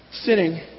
sitting